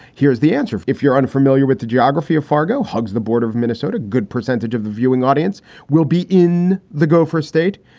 here's the answer. if if you're unfamiliar with the geography of fargo hugs the border of minnesota good percentage of the viewing audience will be in the gopher state.